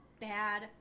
bad